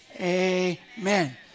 amen